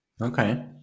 Okay